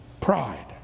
pride